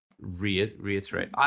reiterate